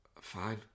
fine